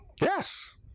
Yes